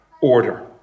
order